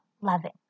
loving